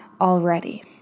already